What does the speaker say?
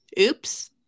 oops